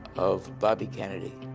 of bobby kennedy